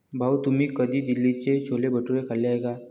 भाऊ, तुम्ही कधी दिल्लीचे छोले भटुरे खाल्ले आहेत का?